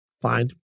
find